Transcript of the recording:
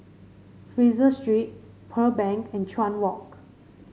Fraser Street Pearl Bank and Chuan Walk